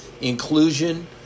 inclusion